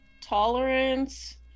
Tolerance